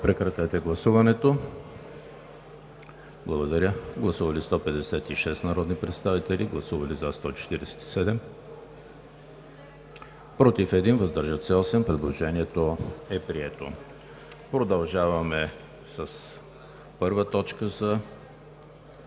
Продължаваме с първа точка от